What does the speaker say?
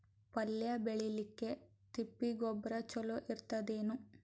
ಪಲ್ಯ ಬೇಳಿಲಿಕ್ಕೆ ತಿಪ್ಪಿ ಗೊಬ್ಬರ ಚಲೋ ಇರತದೇನು?